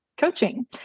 coaching